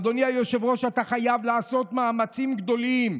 אדוני היושב-ראש, אתה חייב לעשות מאמצים גדולים.